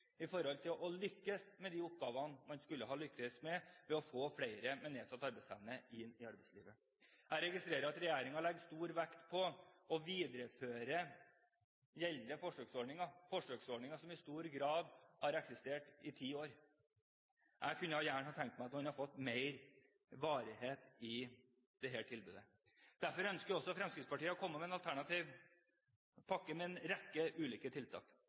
å lykkes med de oppgavene man skulle ha lyktes med – å få flere med nedsatt arbeidsevne inn i arbeidslivet. Jeg registrerer at regjeringen legger stor vekt på å videreføre gjeldende forsøksordninger, forsøksordninger som i stor grad har eksistert i ti år. Jeg kunne gjerne ha tenkt meg at man kunne få mer varighet i dette tilbudet. Derfor ønsker også Fremskrittspartiet å komme med en alternativ pakke med en rekke ulike tiltak.